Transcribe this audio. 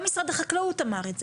גם משרד החקלאות אמר את זה,